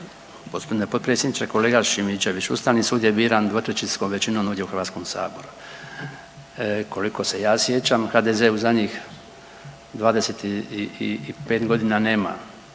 gospodine potpredsjedniče. Kolega Šimičević, Ustavni sud je biran 2/3 većinskom ovdje u Hrvatskom saboru. Koliko se ja sjećam HDZ u zadnjih 25 godina nema